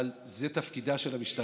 אבל זה תפקידה של המשטרה,